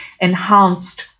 enhanced